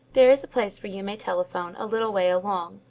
there is a place where you may telephone a little way along.